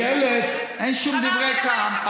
בג"ץ פסק, מה אתם רוצים?